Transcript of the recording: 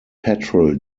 patrol